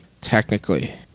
technically